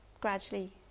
gradually